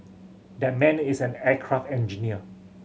that man is an aircraft engineer